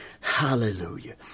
Hallelujah